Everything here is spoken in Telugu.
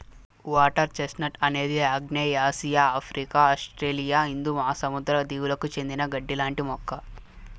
వాటర్ చెస్ట్నట్ అనేది ఆగ్నేయాసియా, ఆఫ్రికా, ఆస్ట్రేలియా హిందూ మహాసముద్ర దీవులకు చెందిన గడ్డి లాంటి మొక్క